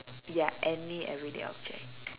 ya any everyday object